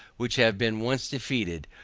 which have been once defeated,